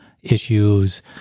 issues